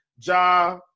Ja